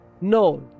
No